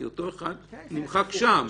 כי אותו אחד נמחק שם.